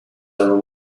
are